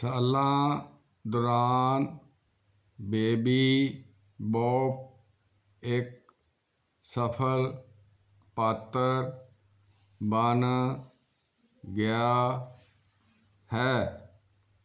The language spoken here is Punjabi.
ਸਾਲਾਂ ਦੌਰਾਨ ਬੇਬੀ ਬੌਪ ਇੱਕ ਸਫ਼ਲ ਪਾਤਰ ਬਣ ਗਿਆ ਹੈ